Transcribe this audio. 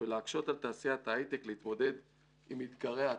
ולהקשות על תעשיית ההיי-טק להתמודד עם אתגרי העתיד.